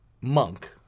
monk